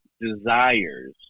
desires